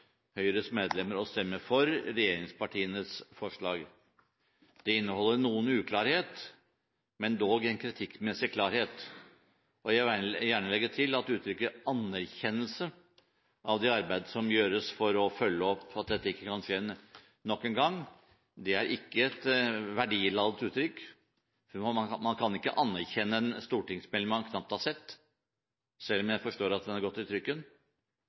Høyres medlemmer å stemme for regjeringspartienes forslag. Det inneholder noe uklarhet, men dog en kritikkmessig klarhet. Jeg vil gjerne legge til at uttrykket «anerkjennelse» av det arbeid som gjøres for å følge opp at det ikke skjer nok en gang, ikke er et verdiladet uttrykk. Man kan ikke anerkjenne en stortingsmelding man knapt har sett, selv om jeg forstår at den har gått i trykken